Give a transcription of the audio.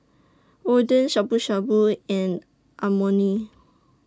Oden Shabu Shabu and Amoni